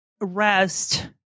rest